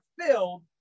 filled